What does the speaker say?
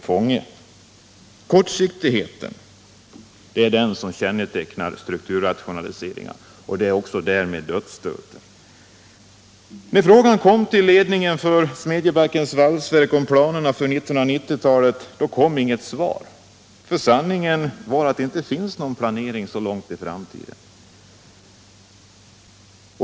Den kortsiktighet som kännetecknar strukturrationaliseringarna innebär dödsstöten. När frågan ställdes till ledningen för Smedjebackens valsverk om planerna för 1990-talet kom inget svar. Sanningen är den att det inte finns någon planering så långt fram i tiden.